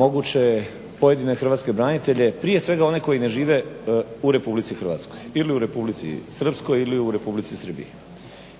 moguće pojedine hrvatske branitelje prije svega one koji ne žive u RH ili u Republici Srpskoj ili u Republici Srbiji.